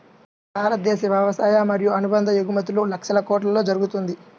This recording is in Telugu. భారతదేశ వ్యవసాయ మరియు అనుబంధ ఎగుమతులు లక్షల కొట్లలో జరుగుతుంది